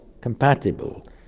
compatible